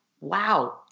wow